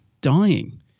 dying